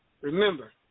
Remember